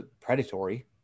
predatory